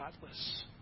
godless